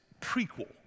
prequel